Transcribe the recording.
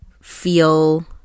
feel